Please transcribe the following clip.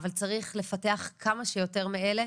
אבל צריך לפתח כמה שיותר מאלה.